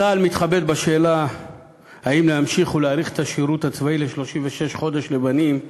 צה"ל מתחבט בשאלה אם להמשיך ולהאריך את השירות הצבאי ל-36 חודש לבנים.